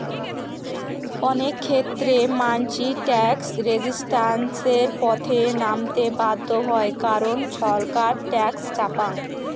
অনেক ক্ষেত্রেই মানসি ট্যাক্স রেজিস্ট্যান্সের পথে নামতে বাধ্য হই কারণ ছরকার ট্যাক্স চাপং